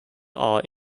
are